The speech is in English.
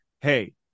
Hey